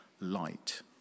light